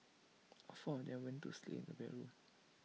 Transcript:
all four of them went to sleep in the bedroom